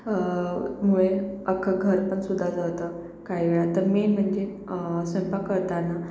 मुळे अख्खं घर पण सुद्धा जळतं काही वेळा तर मेन म्हणजे स्वयंपाक करताना